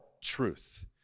truth